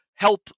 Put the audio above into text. help